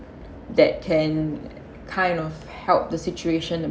that can kind of help the situation a